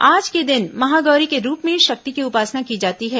आज के दिन महागौरी के रूप में शक्ति की उपासना की जाती है